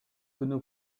күнү